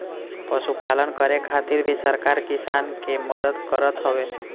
पशुपालन करे खातिर भी सरकार किसान के मदद करत हवे